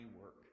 work